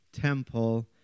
temple